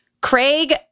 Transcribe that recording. Craig